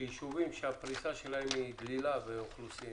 שישובים שהפריסה שלהם דלילה באוכלוסין